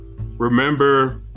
Remember